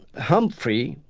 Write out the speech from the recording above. humphrey,